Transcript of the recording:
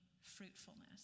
fruitfulness